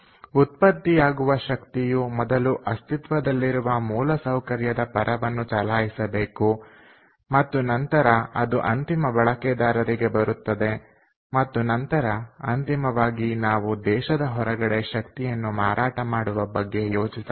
ಉತ್ಪತ್ತಿಯಾಗುವ ಶಕ್ತಿಯು ಮೊದಲು ಅಸ್ತಿತ್ವದಲ್ಲಿರುವ ಮೂಲಸೌಕರ್ಯದ ಪರವನ್ನು ಚಲಾಯಿಸಬೇಕು ಮತ್ತು ನಂತರ ಅದು ಅಂತಿಮ ಬಳಕೆದಾರರಿಗೆ ಬರುತ್ತದೆ ಮತ್ತು ನಂತರ ಅಂತಿಮವಾಗಿ ನಾವು ದೇಶದ ಹೊರಗಡೆ ಶಕ್ತಿಯನ್ನು ಮಾರಾಟ ಮಾಡುವ ಬಗ್ಗೆ ಯೋಚಿಸಬಹುದು